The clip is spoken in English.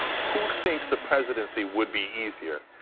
who thinks the presidency would be easier?